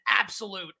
absolute